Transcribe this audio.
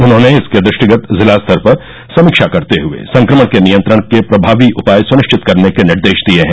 उन्होंने इसके दृष्टिगत जिला स्तर पर समीक्षा करते हुए संक्रमण के नियंत्रण के प्रभावी उपाय सुनिश्चित करने के निर्देश दिये हैं